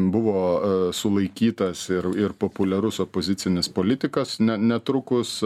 buvo sulaikytas ir ir populiarus opozicinis politikas ne netrukus